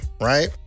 right